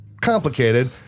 Complicated